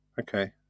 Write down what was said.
Okay